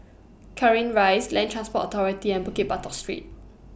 Cairnhill Rise Land Transport Authority and Bukit Batok Street